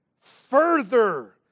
further